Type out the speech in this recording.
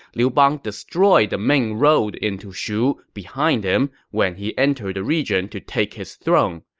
liu bang destroyed the main road into shu behind him when he entered the region to take his throne.